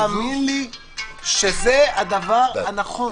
תאמין לי שזה הדבר הנכון.